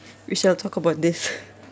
we shall talk about this